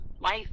life